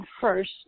first